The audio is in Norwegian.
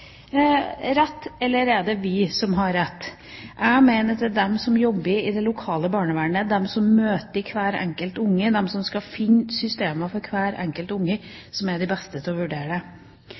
rett, eller er det vi som har rett? Jeg mener at det er de som jobber i det lokale barnevernet – de som møter hvert enkelt barn, de som skal finne systemer for hvert enkelt barn – som er de beste til å vurdere